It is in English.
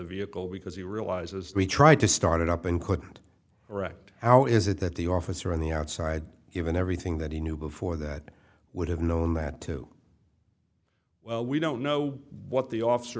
vehicle because he realizes that he tried to start it up and couldn't write how is it that the officer on the outside given everything that he knew before that would have known that too well we don't know what the officer